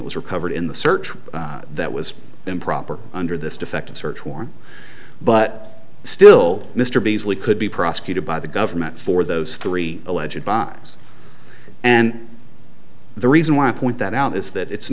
was recovered in the search that was improper under this defective search warrant but still mr beasley could be prosecuted by the government for those three alleged bonds and the reason why i point that out is that it's